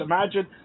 Imagine